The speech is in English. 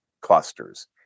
clusters